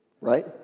Right